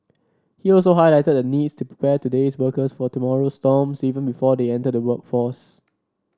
he also highlighted the needs to today's workers for tomorrow's storms even before they enter the workforce